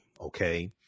okay